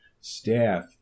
staff